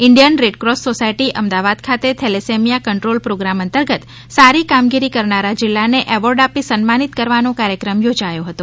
Indian Red Cross society Ahmedabad ખાતે thalassemia control programme અંતર્ગત સારી કામગીરી કરનારા જીલ્લાને એવોર્ડ આપી સન્માનિત કરવાનો કાર્યક્રમ યોજાયો હતો